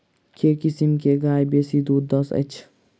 केँ किसिम केँ गाय बेसी दुध दइ अछि?